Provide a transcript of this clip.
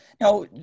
Now